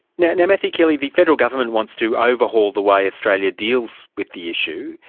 now, and matthew keeley, the federal government wants to overhaul the way australia deals with the issue.